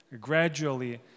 Gradually